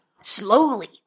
slowly